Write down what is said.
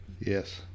Yes